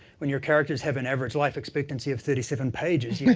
when your characters have an average life expectancy of thirty seven pages, you're